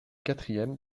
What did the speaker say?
quatrième